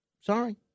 Sorry